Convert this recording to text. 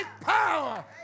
power